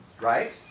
Right